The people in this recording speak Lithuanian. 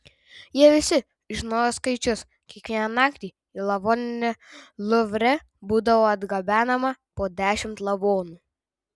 jie visi žinojo skaičius kiekvieną naktį į lavoninę luvre būdavo atgabenama po dešimt lavonų